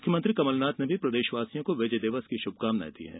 मुख्यमंत्री कमलनाथ ने प्रदेशवासियों को विजय दिवस की शुभकामनाएं दी हैं